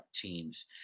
teams